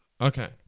Okay